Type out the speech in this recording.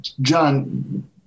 John